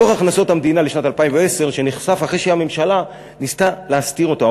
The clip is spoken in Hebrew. דוח הכנסות המדינה לשנת 2010 שנחשף אחרי שהממשלה ניסתה להסתיר אותו,